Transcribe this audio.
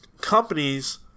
companies